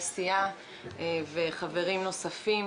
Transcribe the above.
חברים לסיעה וחברים נוספים,